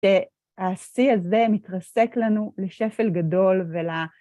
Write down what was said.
שהשיא הזה מתרסק לנו לשפל גדול ול...